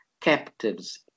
captives